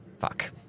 Fuck